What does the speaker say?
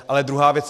Ale druhá věc.